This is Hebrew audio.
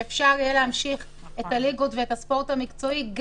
שאפשר יהיה להמשיך את הליגות ואת הספורט המקצועי.